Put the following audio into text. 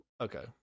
Okay